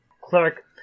clerk